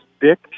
Dick